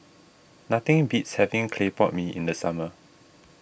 nothing beats having Clay Pot Mee in the summer